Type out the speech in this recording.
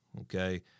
okay